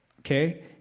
okay